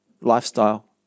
lifestyle